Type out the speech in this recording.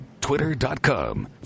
twitter.com